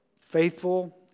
faithful